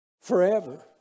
Forever